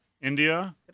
India